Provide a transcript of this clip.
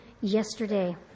yesterday